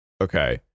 Okay